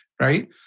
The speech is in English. right